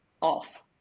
off